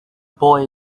boy